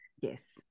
yes